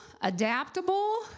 adaptable